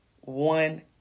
one